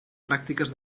pràctiques